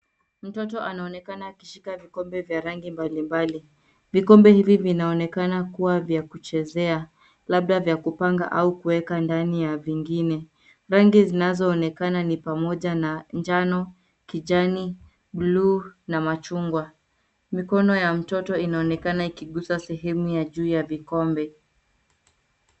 Mtoto anaonekana akishika vikombe vya rangi mbalimbali. Vikombe hivi vinaonekana kuwa vya kuchezea labda vya kupanga au kuweka ndani ya vingine. Rangi zinazoonekana ni pamoja na njano, kijani, bluu na machungwa. Mikono ya mtoto inaonekana ikigusa sehemu ya juu ya vikombe.